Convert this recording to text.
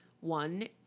One